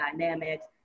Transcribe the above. dynamics